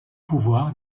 pouvoir